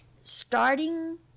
Starting